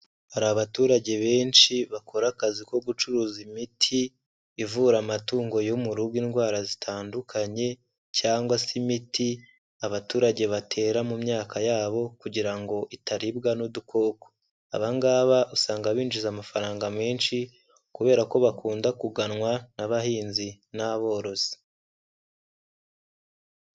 Hari abaturage benshi bakora akazi ko gucuruza imiti ivura amatungo yo mu rugo indwara zitandukanye cyangwa se imiti abaturage batera mu myaka yabo kugira ngo itaribwa n'udukoko. Aba ngaba usanga binjiza amafaranga menshi kubera ko bakunda kuganwa n'abahinzi n'aborozi.